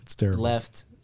left